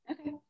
okay